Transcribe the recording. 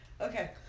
Okay